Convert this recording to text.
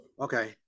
Okay